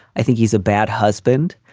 i think he's a bad husband.